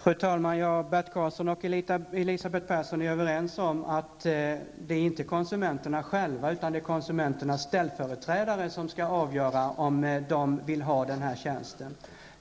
Fru talman! Bert Karlsson och Elisabeth Persson är överens om att det inte är konsumenterna själva utan konsumenternas ställföreträdare som skall avgöra om de vill ha den här tjänsten.